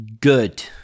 good